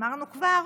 אמרנו כבר?